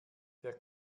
der